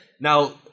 Now